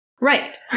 Right